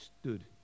stood